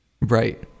Right